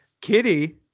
Kitty